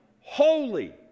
holy